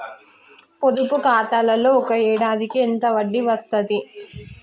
పొదుపు ఖాతాలో ఒక ఏడాదికి ఎంత వడ్డీ వస్తది?